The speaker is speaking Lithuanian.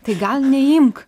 tai gal neimk